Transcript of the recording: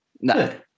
No